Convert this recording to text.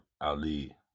Ali